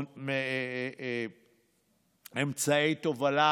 אמצעי תובלה